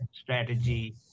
strategy